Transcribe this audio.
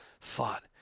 thought